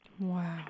Wow